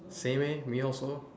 same eh me also